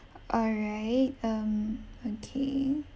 all right um okay